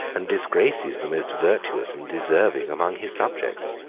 and disgraces the most virtuous and deserving among his subjects.